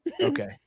Okay